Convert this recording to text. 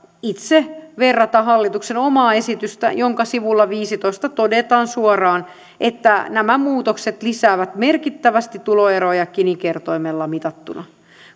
katsoa hallituksen omaa esitystä jonka sivulla viiteentoista todetaan suoraan että nämä muutokset lisäävät merkittävästi tuloeroja gini kertoimella mitattuna